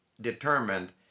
determined